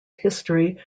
history